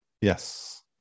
Yes